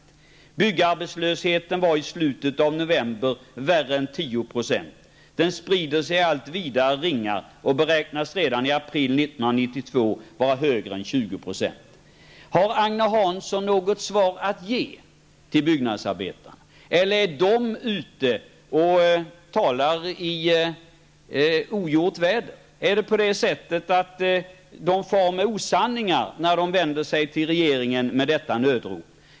Byggarbetslösheten var i slutet av november värre än tio procent. Den sprider sig i allt vidare ringar och beräknas redan i april 1992 vara högre än tjugo procent.'' Har Agne Hansson något svar att ge till byggnadsarbetarna, eller är dessa ute och talar i ogjort väder? Är det så att de för med osanningar när de vänder sig till regeringen med detta nödrop?